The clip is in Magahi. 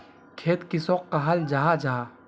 खेत किसोक कहाल जाहा जाहा?